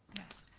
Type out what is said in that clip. yes.